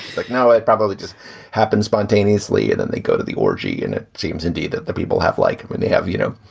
like now it probably just happens spontaneously. then they go to the orgy. and it seems indeed that the people have like when they have, you know,